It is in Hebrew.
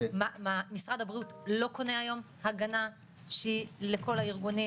משרד הבריאות לא קונה היום הגנה שהיא לכל הארגונים,